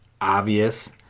obvious